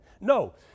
No